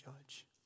judge